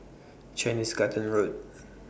Chinese Garden Road